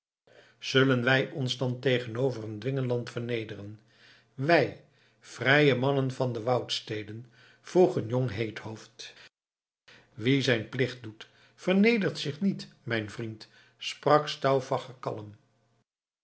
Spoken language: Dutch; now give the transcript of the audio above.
zullen wij ons dan tegenover een dwingeland vernederen wij vrije mannen van de woudsteden vroeg een jong heethoofd wie zijn plicht doet vernedert zich niet mijn vriend sprak stauffacher kalm